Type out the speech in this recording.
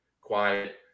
quiet